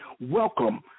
Welcome